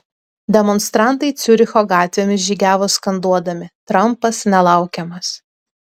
demonstrantai ciuricho gatvėmis žygiavo skanduodami trampas nelaukiamas